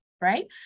right